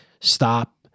stop